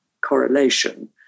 correlation